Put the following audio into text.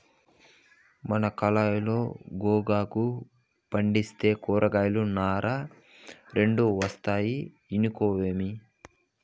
మన కయిలో గోగాకు పంటేస్తే కూరాకులు, నార రెండూ ఒస్తాయంటే ఇనుకోవేమి